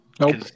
Nope